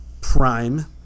prime